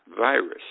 virus